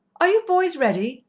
are you boys ready?